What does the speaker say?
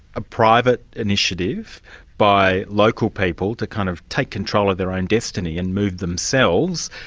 a private initiative by local people to kind of take control of their own destiny and move themselves,